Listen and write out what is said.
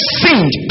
sinned